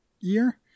year